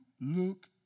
look